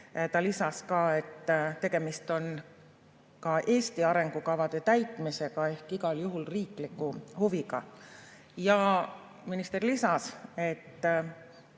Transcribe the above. Ta lisas, et tegemist on ka Eesti arengukavade täitmisega ehk igal juhul riikliku huviga. Minister lisas